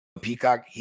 Peacock